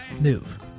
move